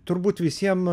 turbūt visiems